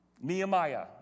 Nehemiah